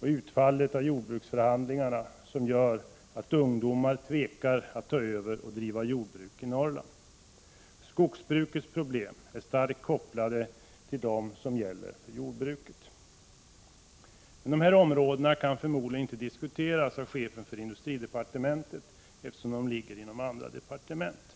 och utfallet av jordbruksförhandlingarna gör att ungdomarna tvekar att ta över och driva jordbruk i Norrland. Skogsbrukets problem är starkt kopplade till de problem som gäller för jordbruket. Men dessa områden kan förmodligen inte diskuteras av chefen för industridepartementet, eftersom de hör till andra departement.